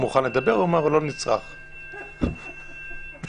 הוא גם מוכן לדבר --- ברכות לחופי.